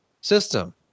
system